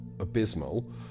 abysmal